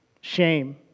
shame